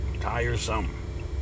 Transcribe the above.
Tiresome